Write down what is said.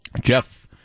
Jeff